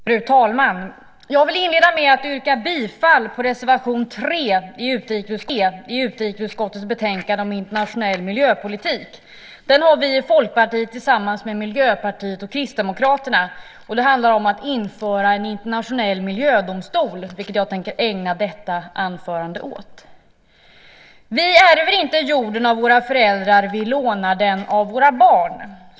Fru talman! Jag vill inleda med att yrka bifall till reservation 3 i utrikesutskottets betänkande om internationell miljöpolitik. Den har vi i Folkpartiet tillsammans med Miljöpartiet och Kristdemokraterna, och den handlar om att införa en internationell miljödomstol, vilket jag tänker ägna detta anförande åt. "Vi ärver inte jorden av våra föräldrar - vi lånar den av våra barn."